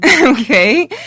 Okay